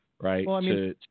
right